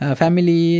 family